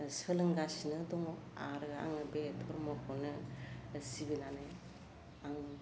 सोलोंगासिनो दङ आरो आङो बे धरमखोनो सिबिनानै आं